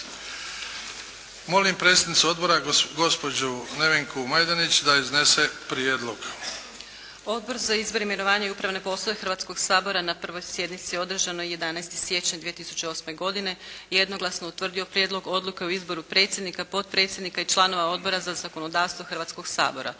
Molim predsjednicu odbora gospođu Nevenku Majdenić da iznese prijedlog. **Majdenić, Nevenka (HDZ)** Odbor za izbor, imenovanja i upravne poslove Hrvatskoga sabora na 1. sjednici održanoj 11. siječnja 2008. godine jednoglasno je utvrdio Prijedlog odluke o izboru predsjednika, potpredsjednika i članova Odbora za zakonodavstvo Hrvatskoga sabora.